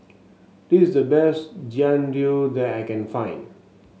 this is the best Jian Dui that I can find